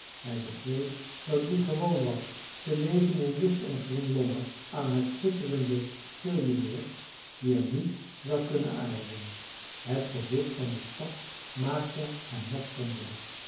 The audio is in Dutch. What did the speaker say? hij begreep dat wie gewoon was te leven in licht en groen lommer aan het schitterende siljemeer hier niet zou kunnen aarden het gezicht van de stad maakte hem nog